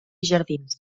jardins